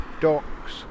docks